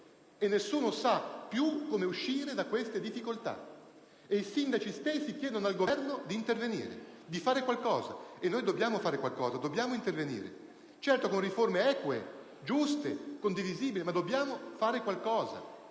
e nessuno sa più come uscire da queste difficoltà; i Sindaci stessi chiedono al Governo di intervenire, di fare qualcosa. E noi dobbiamo fare qualcosa, dobbiamo intervenire, certamente, con riforme eque, giuste e condivisibili, ma dobbiamo fare qualcosa